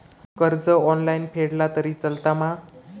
कर्ज ऑनलाइन फेडला तरी चलता मा?